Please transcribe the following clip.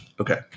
Okay